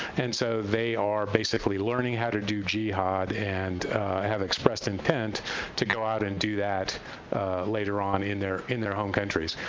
and so they are basically learning how to do jihad and have expressed intent to go out and do that later on in their in their home countries.